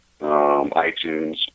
iTunes